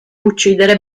uccidere